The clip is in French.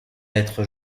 être